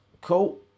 cool